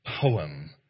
poem